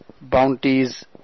bounties